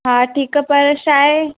हा ठीकु आहे पर छाहे